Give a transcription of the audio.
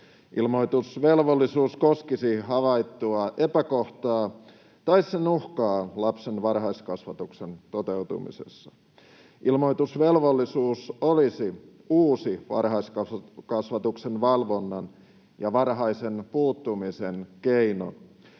Ilmoitusvelvollisuus koskisi havaittua epäkohtaa tai sen uhkaa lapsen varhaiskasvatuksen toteutumisessa. Ilmoitusvelvollisuus olisi uusi varhaiskasvatuksen valvonnan ja varhaisen puuttumisen keino,